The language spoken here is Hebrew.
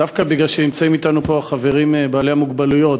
דווקא בגלל שנמצאים אתנו פה החברים בעלי המוגבלויות.